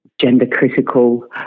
gender-critical